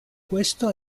questo